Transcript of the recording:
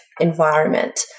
environment